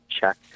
check